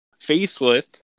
facelift